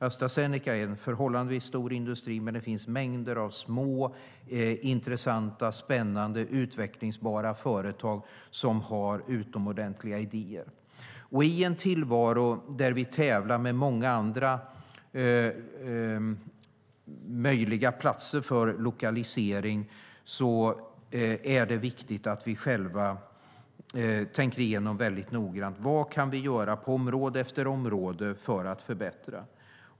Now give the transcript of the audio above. Astra Zeneca är en förhållandevis stor industri, men det finns mängder av små intressanta, spännande och utvecklingsbara företag som har utomordentliga idéer. I en tillvaro där vi tävlar med många andra möjliga platser för lokalisering är det viktigt att vi själva noggrant tänker igenom vad vi kan göra på område efter område för att förbättra.